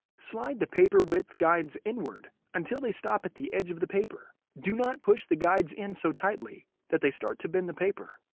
slide the paper width guides inward until they stop at the edge of the paper. do not push the guides in so tightly that they start to bend the paper.